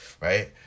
right